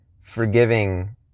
forgiving